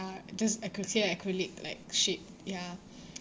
just acry~ s~ ya acrylic like sheet ya